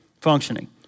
functioning